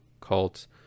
cults